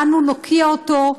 ואנו נוקיע אותו,